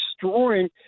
destroying